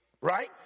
right